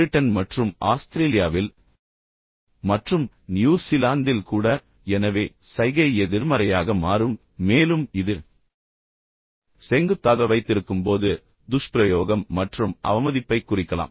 Britain மற்றும் ஆஸ்திரேலியாவில் மற்றும் நியூசிலாந்தில் கூட எனவே சைகை எதிர்மறையாக மாறும் மேலும் இது செங்குத்தாக வைத்திருக்கும்போது துஷ்பிரயோகம் மற்றும் அவமதிப்பைக் குறிக்கலாம்